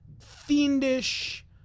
fiendish